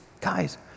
Guys